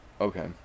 Okay